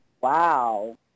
Wow